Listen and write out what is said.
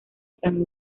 san